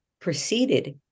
proceeded